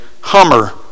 Hummer